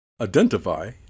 Identify